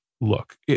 look